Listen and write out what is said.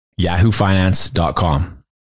yahoofinance.com